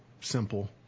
simple